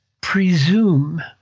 presume